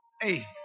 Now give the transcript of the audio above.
Hey